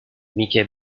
mickey